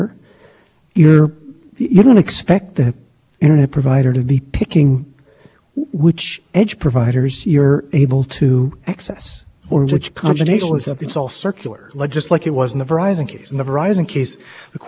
section about a broadband provider that wants to offer filter filtered internet service they never said that in the order in fact they said quite the opposite he said if you want to offer a family friendly internet service that would be reviewed for reasonable network management and which means it would be subject to the rules